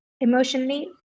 emotionally